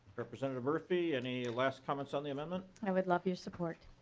representative murphy any last comments on the amendment? i would love your support.